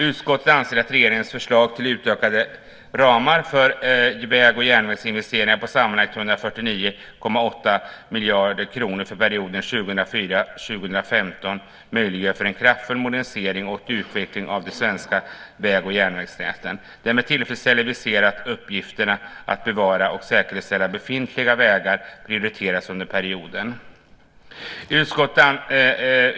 Utskottet anser att regeringens förslag till utökade ramar för väg och järnvägsinvesteringar på sammanlagt 149,8 miljarder kronor för perioden 2004-2015 möjliggör en kraftfull modernisering och utveckling av de svenska väg och järnvägsnäten. Det är med tillfredsställelse vi ser att uppgiften att bevara och säkerställa befintliga vägar prioriteras under perioden.